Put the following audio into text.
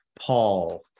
Paul